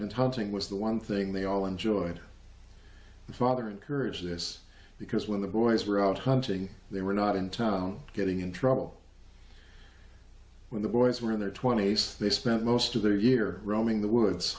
and hunting was the one thing they all enjoyed father encourage this because when the boys were out hunting they were not in town getting in trouble when the boys were in their twenty's they spent most of their year roaming the woods